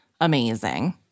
amazing